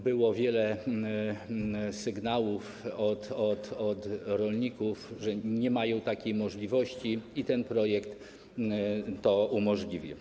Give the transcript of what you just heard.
Było wiele sygnałów od rolników, że nie mają takiej możliwości, a ten projekt to umożliwi.